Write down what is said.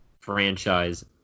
franchise